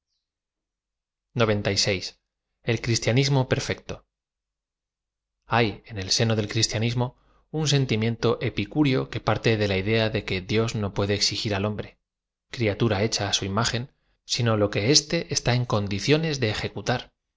cristianismo psrfscfo h a y en el seno del criatianlsmo un sentimiento epi cúreo que parte de la idea de que dios no puede exi g ir al hombre criatura hecha á su im agen sino lo que éete está en condiciones de ejecutar